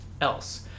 else